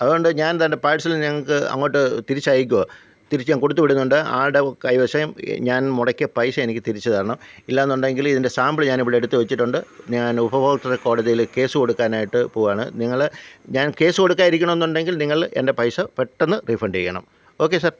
അതുകൊണ്ട് ഞാന് ദേണ്ടെ പാഴ്സല് ഞങ്ങൾക്ക് അങ്ങോട്ട് തിരിച്ചയയ്ക്കുകയാണ് തിരിച്ചു ഞാന് കൊടുത്തുവിടുന്നുണ്ട് ആളുടെ കൈവശം ഞാന് മുടക്കിയ പൈസ എനിക്ക് തിരിച്ചു തരണം ഇല്ലായെന്നുണ്ടെങ്കിൽ ഇതിന്റെ സാമ്പിള് ഞാന് ഇവിടെ എടുത്തു വച്ചിട്ടുണ്ട് ഞാന് ഉപഭോക്തൃ കോടതിയിൽ കേസ് കൊടുക്കാനായിട്ട് പോവുകയാണ് നിങ്ങൾ ഞാന് കേസ് കൊടുക്കാതിരിക്കണോ എന്നുണ്ടെങ്കില് നിങ്ങള് എന്റെ പൈസ പെട്ടെന്ന് റീഫണ്ട് ചെയ്യണം ഓക്കെ സാര്